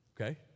okay